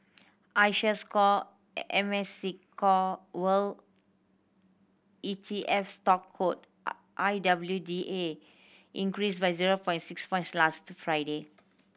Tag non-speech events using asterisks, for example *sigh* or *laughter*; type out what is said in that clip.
iShares Core *unintelligible* World E T F stock code *unintelligible* I W D A increased by zero point six points last Friday